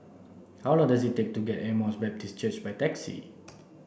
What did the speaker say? how long does it take to get to Emmaus Baptist Church by taxi